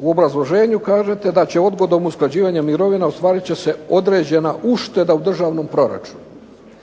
U obrazloženju kažete da će odgodom usklađivanja mirovina ostvarit će se određena ušteda u državnom proračunu.